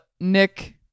Nick